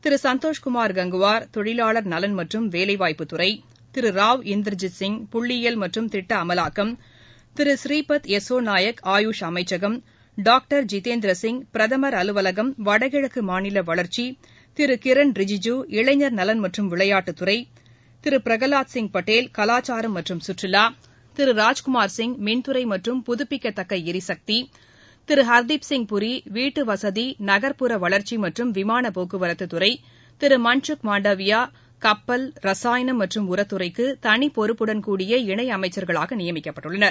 திரு சந்தோஷ் குமார் கங்குவார் தொழிலாளர் நலன் மற்றும் வேலைவாய்ப்பு துறை திரு ராவ் இந்தர்ஜித் சிங் புள்ளியியல் மற்றும் திட்ட அமலாக்கம் திரு ஸ்ரீபத் யசோ நாயக் ஆயுஷ் அமைச்சகம் டாக்டர் ஜிதேந்திர சிங் பிரதமர் அலுவலகம் வடகிழக்கு மாநில வளர்ச்சி திரு கிரண் ரிஜிஜூ இளைஞர்நலன் மற்றும் விளையாட்டுத் துறை திரு பிரகலாத் சிங் பட்டேல் கலாச்சாரம் மற்றும் சுற்றுலா திரு ராஜ்குமார் சிங மின்துறை மற்றும் புதுப்பிக்கத்தக்க எரிசக்தி திரு ஹர்தீப் சிங் பூரி வீட்டுவசதி நகர்ப்புற வளர்ச்சி மற்றும் விமான போக்குவரத்து துறை திரு மன்சுக் மாண்டவியா கப்பல் ரசாயனம் மற்றும் உரத்துறைக்கு தனிப் பொறுப்புடன் கூடிய இணையமைச்சர்களாக நியமிக்கப்பட்டுள்ளனர்